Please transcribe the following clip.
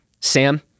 Sam